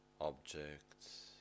objects